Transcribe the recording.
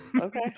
Okay